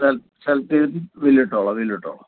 cell select ചെയ്തെങ്കിൽ ബില്ലിട്ടോളാം ബില്ലിട്ടോളാം